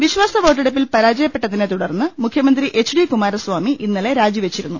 വിശ്വാസ വോട്ടെടുപ്പിൽ പരാജയപ്പെട്ടതിനെ തുടർന്ന് മുഖ്യ മന്ത്രി എച്ച് ഡി കുമാരസാമി ഇന്നലെ രാജിവെച്ചിരുന്നു